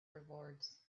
rewards